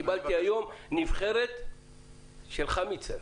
קיבלתי היום "נבחרת של חמיצר".